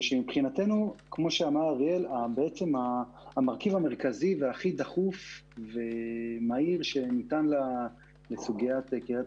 מבחינתנו המרכיב המרכזי והכי דחוף ומהיר שניתן לסוגיית קהילת